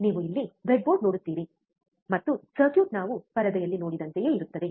ನೀವು ಇಲ್ಲಿ ಬ್ರೆಡ್ಬೋರ್ಡ್ ನೋಡುತ್ತೀರಿ ಮತ್ತು ಸರ್ಕ್ಯೂಟ್ ನಾವು ಪರದೆಯಲ್ಲಿ ನೋಡಿದಂತೆಯೇ ಇರುತ್ತದೆ